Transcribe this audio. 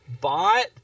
bought